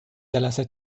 جلسه